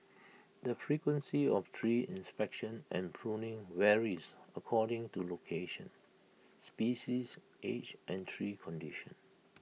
the frequency of tree inspection and pruning varies according to location species age and tree condition